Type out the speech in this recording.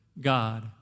God